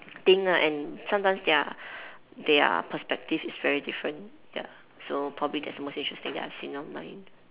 think ah and sometimes their their perspective is very different ya so probably that's the most interesting that I've seen online